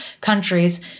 countries